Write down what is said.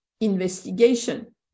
investigation